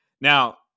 Now